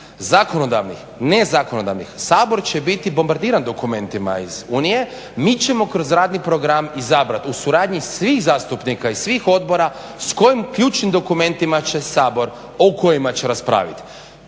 zakonodavnih, ne zakonodavnih, Sabor će biti bombardiran dokumentima iz Unije, mi ćemo kroz radni program izabrati u suradnji svih zastupnika i svih odbora s kojim ključnim dokumentima će Sabor o kojima će raspraviti.